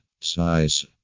Size